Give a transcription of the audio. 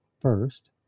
first